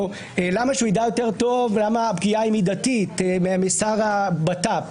או למה שהוא יידע יותר טוב למה הפגיעה היא מידתית משר הבט"פ,